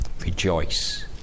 rejoice